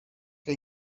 que